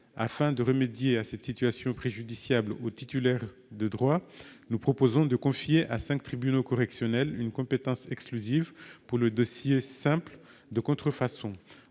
Afin de remédier à cette situation préjudiciable aux titulaires de droits, nous proposons de confier à cinq tribunaux correctionnels une compétence exclusive pour le dossier simple de contrefaçon.